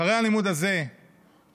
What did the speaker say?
אחרי הלימוד הזה כאן,